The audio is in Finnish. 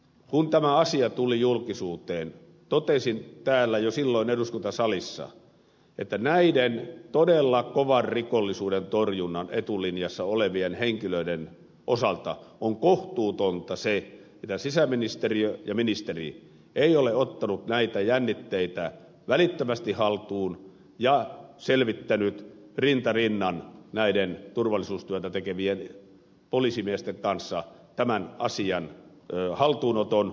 kun tämä asia tuli julkisuuteen totesin täällä jo silloin eduskuntasalissa että näiden todella kovan rikollisuuden torjunnan etulinjassa olevien henkilöiden osalta on kohtuutonta se että sisäministeriö ja ministeri ei ole ottanut näitä jännitteitä välittömästi haltuun ja selvittänyt rinta rinnan näiden turvallisuustyötä tekevien poliisimiesten kanssa tämän asian haltuunottoa